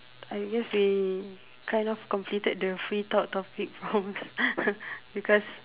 I guess we kind of completed the free talk topics prompts because